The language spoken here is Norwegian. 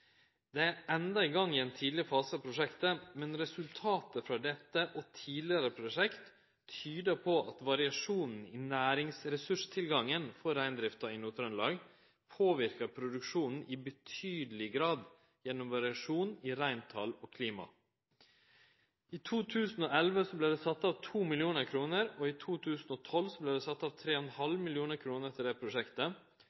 Ein er enno i ein tidleg fase av prosjektet, men resultata frå dette prosjektet og tidlegare prosjekt tyder på at variasjon i næringsressurstilgangen for reindrifta i Nord-Trøndelag påverkar produksjonen i betydeleg grad gjennom variasjon i reintal og klima. I 2011 vart det sett av 2 mill. kr, og i 2012 vart det sett av